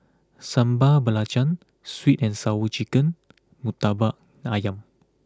Sambal Belacan Sweet and Sour Chicken Murtabak Ayam